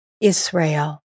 Israel